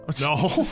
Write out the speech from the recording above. No